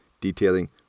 detailing